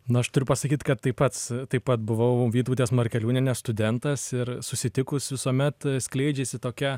na aš turiu pasakyt kad tai pat taip pat buvau vytautės markeliūnienės studentas ir susitikus visuomet skleidžiasi tokia